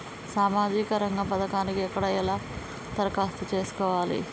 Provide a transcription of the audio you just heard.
సామాజిక రంగం పథకానికి ఎక్కడ ఎలా దరఖాస్తు చేసుకోవాలి?